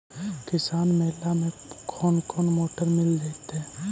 किसान मेला में कोन कोन मोटर मिल जैतै?